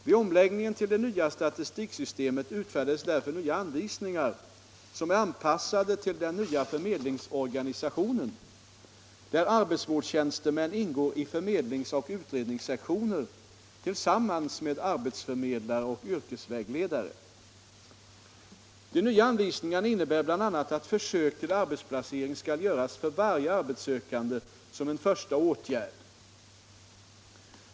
Vid omläggningen till det nya statistiksystemet utfärdades därför nya anvisningar, som är anpassade till den nya förmedlingsorganisationen, där arbetsvårdstjänstemän ingår i förmedlings och utredningssektioner tillsammans med arbetsförmedlare och yrkesvägledare. De nya anvisningarna innebär bl.a. att försök till arbetsplacering skall göras för varje arbetssökande som en första åtgärd.